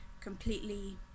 completely